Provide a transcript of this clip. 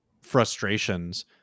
frustrations